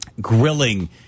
grilling